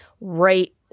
right